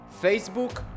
Facebook